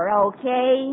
okay